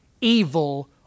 evil